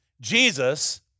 Jesus